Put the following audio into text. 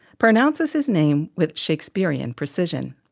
pronounces his name with shakespearean precision.